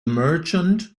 merchant